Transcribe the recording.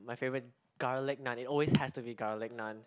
my favourite garlic naan it always has to be garlic naan